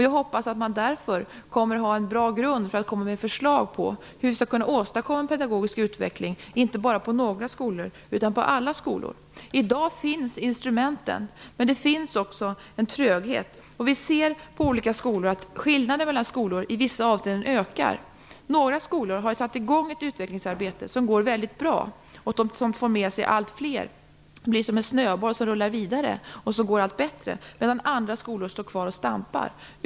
Jag hoppas att man därför kommer att ha en bra grund för förslag på hur vi skall kunna åstadkomma en pedagogisk utveckling, inte bara på några skolor, utan på alla skolor. I dag finns instrumenten. Men det finns också en tröghet. Vi ser att skillnaden mellan olika skolor ökar i vissa avseenden. Några skolor har satt i gång ett utvecklingsarbete som går mycket bra. De får med sig allt fler. Det blir som en snöboll som rullar vidare. Det går allt bättre, medan andra skolor står kvar och stampar.